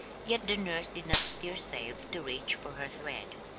yet the nurse did not stir save to reach for her thread.